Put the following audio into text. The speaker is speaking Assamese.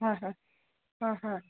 হয় হয় হয় হয়